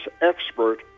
expert